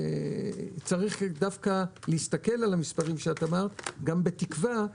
צריך דווקא להסתכל על המספרים שאת אמרת גם בתקווה,